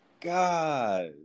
God